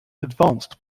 advanced